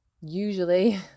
usually